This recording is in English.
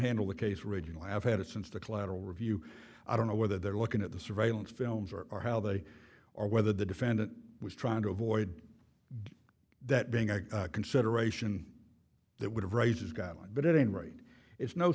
handle the case riginal have had it since the collateral review i don't know whether they're looking at the surveillance films or or how they or whether the defendant was trying to avoid that being a consideration that would have raises guidelines but at any rate it's no